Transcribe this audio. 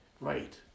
Right